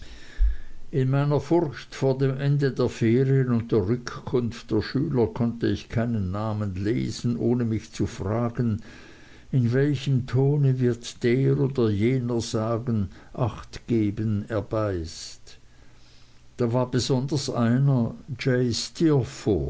in meiner furcht vor dem ende der ferien und der rückkunft der schüler konnte ich keinen namen lesen ohne mich zu fragen in welchem tone wird der oder jener sagen acht geben er beißt da war besonders einer j